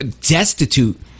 destitute